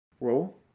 roll